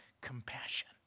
compassion